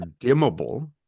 dimmable